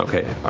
okay,